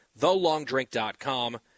Thelongdrink.com